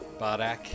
bardak